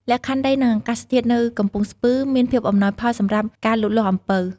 លក្ខខណ្ឌដី និងអាកាសធាតុនៅកំពង់ស្ពឺ មានភាពអំណោយផលសម្រាប់ការលូតលាស់អំពៅ។